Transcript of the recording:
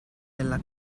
della